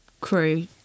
crew